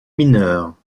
mineurs